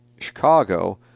Chicago